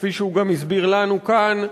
כפי שהוא גם הסביר לנו כאן,